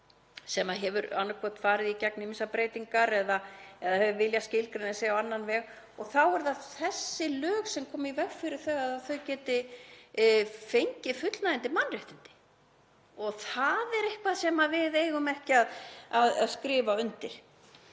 sem hefur annaðhvort farið í gegnum ýmsar breytingar eða hefur viljað skilgreina sig á annan veg. Þá eru það þessi lög sem koma í veg fyrir að það geti fengið fullnægjandi mannréttindi. Það er eitthvað sem við eigum ekki að skrifa undir.